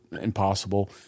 impossible